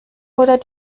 oder